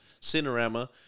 Cinerama